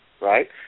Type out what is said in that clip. right